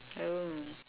oh